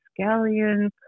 scallion